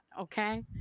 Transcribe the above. Okay